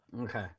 Okay